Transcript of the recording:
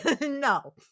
no